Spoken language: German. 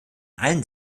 allen